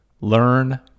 learn